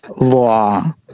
law